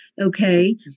Okay